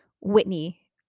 Whitney